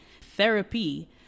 Therapy